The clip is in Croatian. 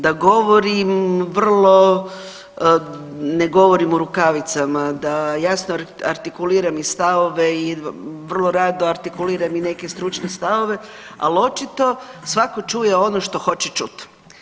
Da govorim vrlo, ne govorim u rukavicama, da jasno artikuliram i stavove i vrlo rado artikuliram i neke stručne stavove ali očito svako čuje ono što hoće čuti.